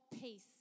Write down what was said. Peace